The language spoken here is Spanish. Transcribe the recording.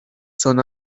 son